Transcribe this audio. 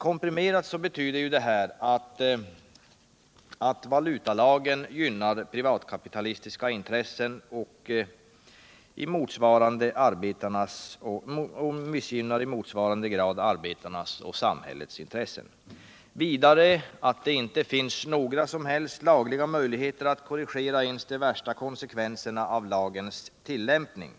Komprimerat betyder deta att valutalagen gynnar de privatkapitalistiska intressena och missgynnar i motsvarande grad arbetarnas och samhällets intressen. Vidare betyder det att det inte finns några som helst lagliga möjligheter att korrigera ens de värsta konsekvenserna av lagens tillämpning.